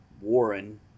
Warren